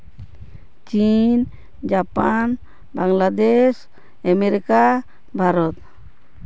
ᱪᱤᱱ Japan Bangladesh America Bharat